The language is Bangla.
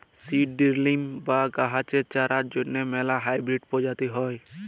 সিড ডিরিলিং বা গাহাচের চারার জ্যনহে ম্যালা হাইবিরিড পরজাতি হ্যয়